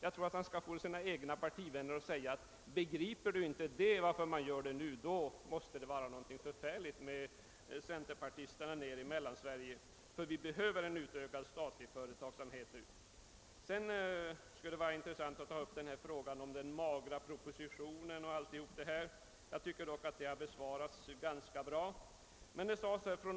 Då tror jag att herr Sjönells egna partivänner där uppe kommer att säga: Begriper Du inte varför man gör det, måste det vara illa ställt med centerpartisterna i Mellansverige. Vi behöver en utökad statlig företagsamhet nu. Sedan skulle det vara intressant att också bemöta talet om den magra propositionen, men det talet har redan bemötts ganska väl.